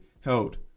held